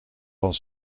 van